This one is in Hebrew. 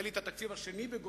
נדמה לי, את התקציב השני בגודלו,